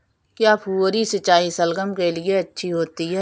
क्या फुहारी सिंचाई शलगम के लिए अच्छी होती है?